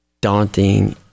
daunting